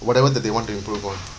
whatever that they want to improve for